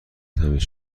تمیز